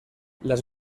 las